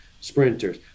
sprinters